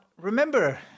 remember